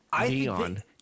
neon